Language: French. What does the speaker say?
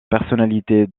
personnalité